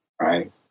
right